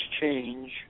change